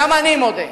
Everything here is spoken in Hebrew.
גם אני מודה,